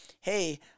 hey